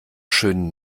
schön